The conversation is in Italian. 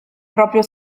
proprio